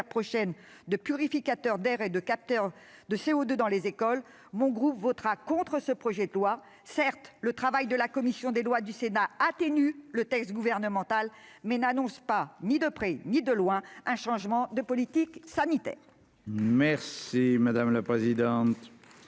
prochaine de purificateurs d'air et de capteurs de CO2 dans les écoles, le groupe CRCE votera contre ce projet de loi. Certes, le travail de la commission des lois du Sénat atténue le texte gouvernemental, mais il n'annonce ni de près ni de loin un changement de politique sanitaire. La parole est